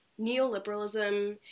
neoliberalism